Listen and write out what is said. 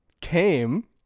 Came